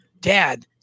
dad